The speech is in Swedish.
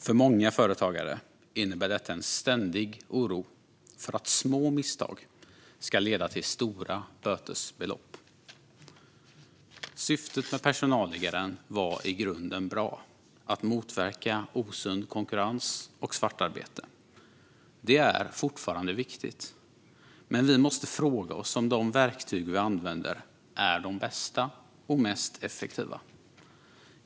För många företagare innebär detta en ständig oro för att små misstag ska leda till stora bötesbelopp. Syftet med personalliggaren var i grunden bra: att motverka osund konkurrens och svartarbete. Det är fortfarande viktigt, men vi måste fråga oss om de verktyg vi använder är de bästa och mest effektiva.